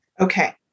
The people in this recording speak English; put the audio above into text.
Okay